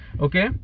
okay